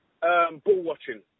ball-watching